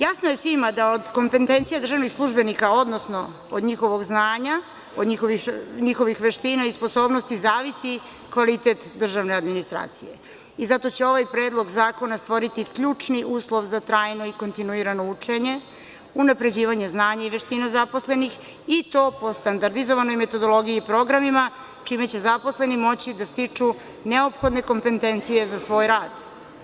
Jasno je svima da od kompetencije državnih službenika, odnosno od njihovog znanja, od njihovih veština i sposobnosti zavisi kvalitet državne administracije i zato će ovaj predlog zakona stvoriti ključni uslov za trajno i kontinuirano učenje, unapređivanje znanja i veština zaposlenih i to po standardizovanoj metodologiji programima, čime će zaposleni moći da stiču neophodne kompetencije za svoj rad.